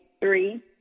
three